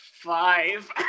Five